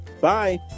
Bye